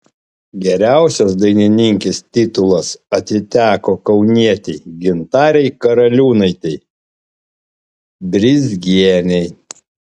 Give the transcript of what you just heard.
geriausios dainininkės titulas atiteko kaunietei gintarei karaliūnaitei brizgienei